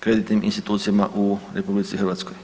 kreditnim institucijama u RH.